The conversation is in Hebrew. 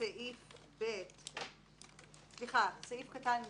סעיף קטן (ג)